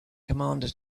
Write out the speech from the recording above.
commander